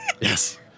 Yes